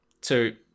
two